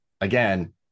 again